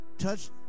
Touch